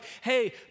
hey